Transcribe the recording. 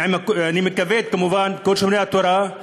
אני מקווה כמובן, כל שומרי התורה,